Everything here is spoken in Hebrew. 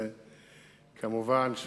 וכמובן,